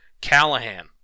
Callahan